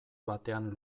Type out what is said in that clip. batean